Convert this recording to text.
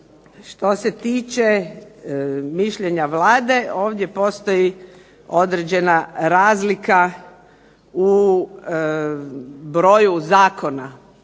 što se tiče mišljenja vlade ovdje stoji određena razlika u broju zakona